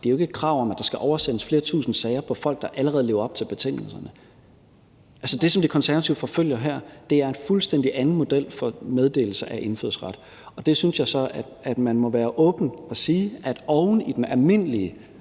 det er jo ikke et krav om, at der skal oversendes flere tusinde sager på folk, der allerede lever op til betingelserne. Det, som De Konservative forfølger her, er en fuldstændig anden model for meddelelse af indfødsret, og der synes jeg, man må være åben og sige, at oven i den almindelige